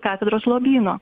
katedros lobyno